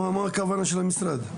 מה הכוונה של המשרד?